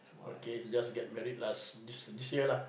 okay just get married last this this year lah